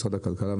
משרד הכלכלה,